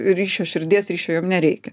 ryšio širdies ryšio jom nereikia